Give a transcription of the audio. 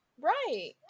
Right